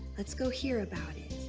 let's go hear about it.